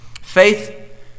Faith